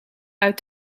uit